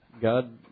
God